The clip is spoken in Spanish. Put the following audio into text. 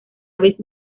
aves